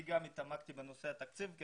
גם אני התעמקתי בנושא התקציב.